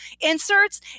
inserts